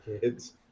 kids